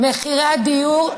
מחירי הדיור,